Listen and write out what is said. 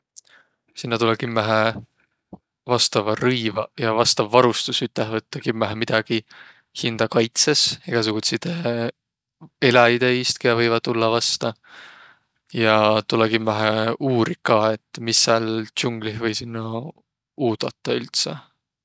Sinnäq tulõ kimmähe vastavaq rõivaq ja vastav varustus üteh võttaq. Kimmähe midägi hindä kaitses, egäsugutsidõ eläjide iist kiä võivaq tullaq vasta. Ja tulõ kimmähe uuriq ka, et mis sääl ts'unglih või sinno uudata üldse.